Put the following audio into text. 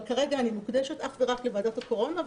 אבל כרגע אני מוקדשת אך ורק לוועדת הקורונה,